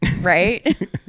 right